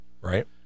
Right